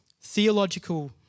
theological